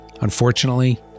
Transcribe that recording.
Unfortunately